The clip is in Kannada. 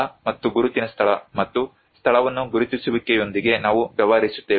ಸ್ಥಳ ಮತ್ತು ಗುರುತಿನ ಸ್ಥಳ ಮತ್ತು ಸ್ಥಳವನ್ನು ಗುರುತಿಸುವಿಕೆಯೊಂದಿಗೆ ನಾವು ವ್ಯವಹರಿಸುತ್ತೇವೆ